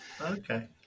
Okay